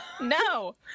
no